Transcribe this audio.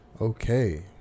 Okay